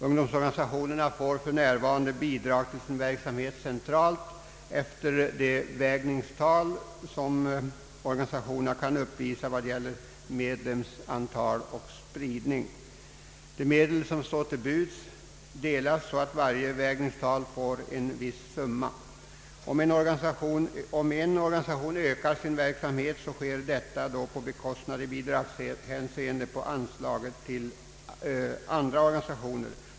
Ungdomsorganisationerna får för närvarande bidrag till sin verksamhet centralt efter det vägningstal som organisationerna kan uppvisa i fråga om medlemsantal och spridning. De medel som står till buds delas på så sätt att varje vägningstal får en viss summa. Om en organisation ökar sin verksamhet sker detta i bidragshänseende på bekostnad av medelstilldelningen till andra organisationer.